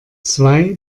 zwei